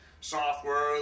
software